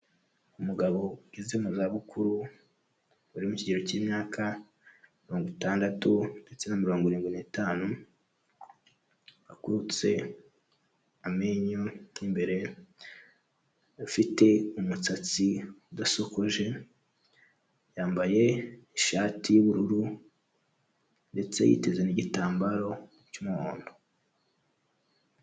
Umugabo ugeze mu zabukuru, uri mu kigero cy'imyaka mirongo itandatu ndetse na mirongo irindwi n'itanu, akutse amenyo y'imbere, afite umusatsi udasokoje, yambaye ishati y'ubururu ndetse yiteze n'igitambaro cy'umuhondo.